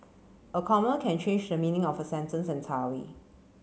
a comma can change the meaning of a sentence entirely